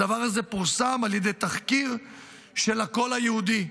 הדבר הזה פורסם על ידי תחקיר של הקול היהודי.